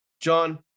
John